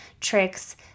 tricks